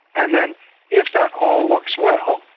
and then if that all works well,